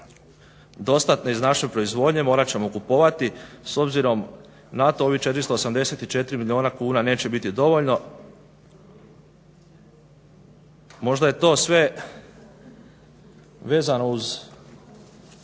dostatna iz naše proizvodnje, morat ćemo ju kupovati, s obzirom na to, ovih 484 milijuna kuna neće biti dovoljno. Možda je to sve vezano uz